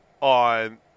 on